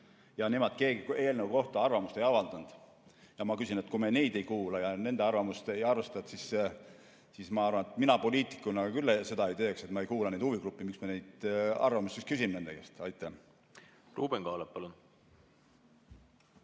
Keegi neist eelnõu kohta arvamust ei avaldanud. Ja ma ütlen, et kui me neid ei kuula ja nende arvamust ei arvesta, siis ma arvan, et mina poliitikuna küll seda ei teeks, et ma ei kuula neid huvigruppe. Miks me neid arvamusi siis küsime nende käest? Ruuben Kaalep, palun!